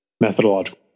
methodological